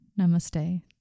Namaste